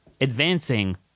advancing